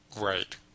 Right